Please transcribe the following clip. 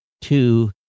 two